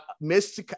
miss